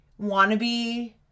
wannabe